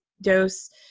dose